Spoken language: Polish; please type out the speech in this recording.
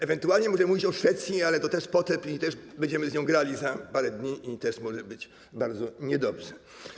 Ewentualnie możemy mówić także o Szwecji, ale to też i potop, i będziemy z nią grali za parę dni i też może być bardzo niedobrze.